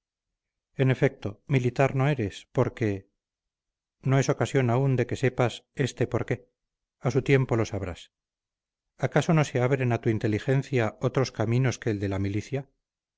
en efecto militar no eres porque no es ocasión aún de que sepas este por qué a su tiempo lo sabrás acaso no se abren a tu inteligencia otros caminos que el de la milicia